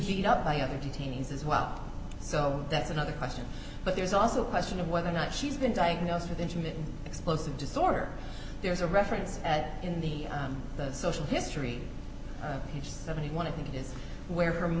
feet up by other detainees as well so that's another question but there's also a question of whether or not she's been diagnosed with intermittent explosive disorder there's a reference that in the the social history he's seventy one i think is where